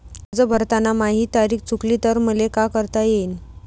कर्ज भरताना माही तारीख चुकली तर मले का करता येईन?